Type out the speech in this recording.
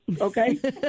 okay